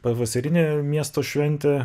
pavasarinė miesto šventė